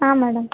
ಹಾಂ ಮೇಡಮ್